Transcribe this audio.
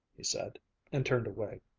he said and turned away.